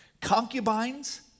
Concubines